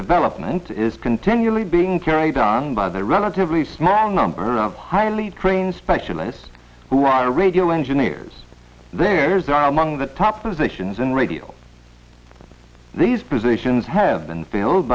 development is continually being carried on by the relatively small number of highly trained specialists who ride a regular engineers theirs are among the top positions in radio these positions have been filled